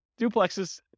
duplexes